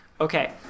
Okay